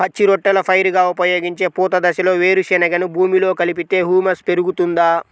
పచ్చి రొట్టెల పైరుగా ఉపయోగించే పూత దశలో వేరుశెనగను భూమిలో కలిపితే హ్యూమస్ పెరుగుతుందా?